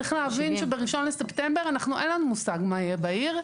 צריך להבין שב-1 לספטמבר אין לנו מושג מה יהיה בעיר.